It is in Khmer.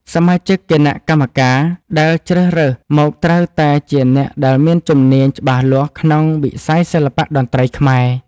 សមាជិកគណៈកម្មការដែលជ្រើសរើសមកត្រូវតែជាអ្នកដែលមានជំនាញច្បាស់លាស់ក្នុងវិស័យសិល្បៈតន្ត្រីខ្មែរ។